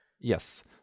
Yes